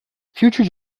future